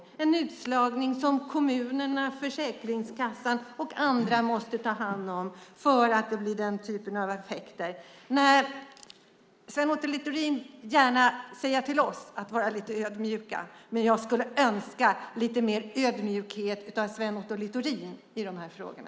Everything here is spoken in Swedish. Det är en utslagning som kommunerna, Försäkringskassan och andra måste ta hand om eftersom det blir den typen av effekter. Sven Otto Littorin säger gärna till oss att vi ska vara lite ödmjuka. Jag skulle önska lite mer ödmjukhet hos Sven Otto Littorin i de här frågorna.